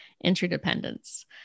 interdependence